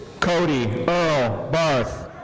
cody earl barth.